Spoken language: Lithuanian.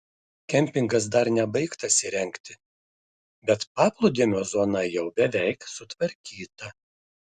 kempingas dar nebaigtas įrengti bet paplūdimio zona jau beveik sutvarkyta